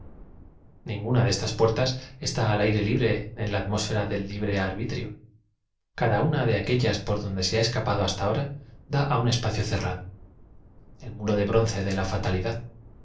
ninguna de estas puertas está al a íre ubre en la atmósfera del libro arbitrio cada una de aque llas por donde se ha escapado hasta ahora da á un espacio cerrado el muro de bronce de la fatalidad